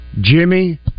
Jimmy